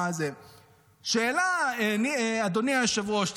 שאלה, אדוני היושב-ראש.